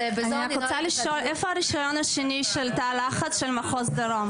אני רק רוצה לשאול: איפה הרישיון השני של תא הלחץ של מחוז דרום?